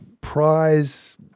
prize